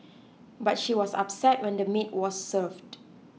but she was upset when the meat was served